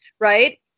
right